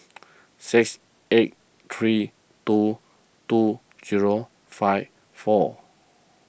six eight three two two zero five four